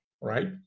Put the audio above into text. right